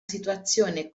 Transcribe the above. situazione